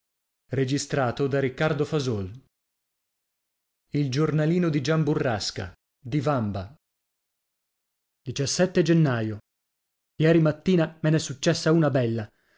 o io e il cono e ono e gennaio ieri mattina me nè successa una bella